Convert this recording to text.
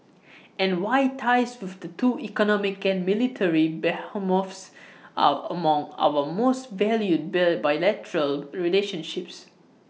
and why ties with the two economic and military behemoths are among our most valued bilateral relationships